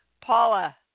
Paula